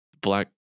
black